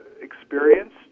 experience